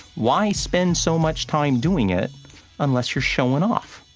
why spend so much time doing it unless you're showing off,